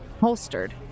holstered